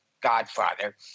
godfather